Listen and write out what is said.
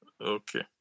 Okay